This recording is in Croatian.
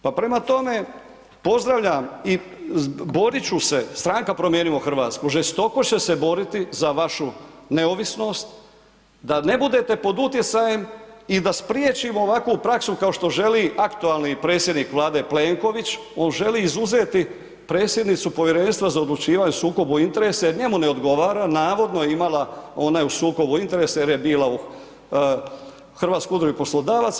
Pa prema tome, pozdravljam i borit ću se Stranka Promijenimo Hrvatsku žestoko će se boriti za vašu neovisnost da ne budete pod utjecajem i da spriječimo ovakvu praksu kao što želi aktualni predsjednik Vlade Plenković, on želi izuzeti predsjednicu Povjerenstva za odlučivanje o sukobu interesa jer njemu ne odgovara, navodno je imala ona je u sukobu interesa jer je bila u Hrvatskoj udruzi poslodavaca.